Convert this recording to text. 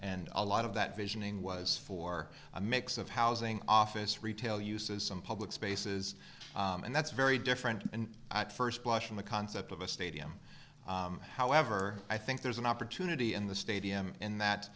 and a lot of that visioning was for a mix of housing office retail uses some public spaces and that's very different and at first blush in the concept of a stadium however i think there's an opportunity in the stadium in that